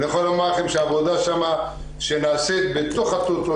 אני יכול לומר לכם שהעבודה שנעשית בתוך הטוטו,